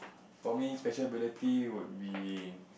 for me special ability would be